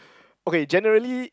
okay generally